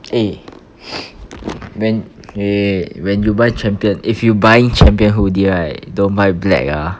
eh when wait wait wait when you buy champion if you buying champion hoodie right don't buy black ah